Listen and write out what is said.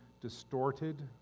distorted